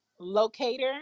locator